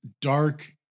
dark